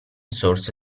source